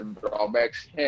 drawbacks